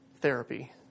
therapy